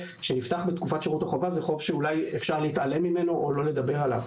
זה דבר ראשון.